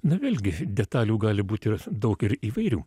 na vėlgi detalių gali būt ir daug ir įvairių